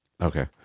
okay